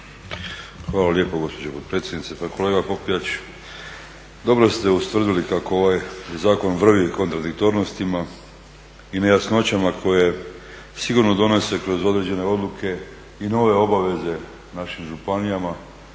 Hvala lijepo gospođo potpredsjednice. Pa kolega Popijač, dobro ste ustvrdili kako ovaj zakon vrvi kontradiktornostima i nejasnoćama koje sigurno donose kroz određene odluke i nove obaveze našim županijama,